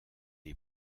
est